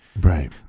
Right